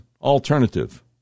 alternative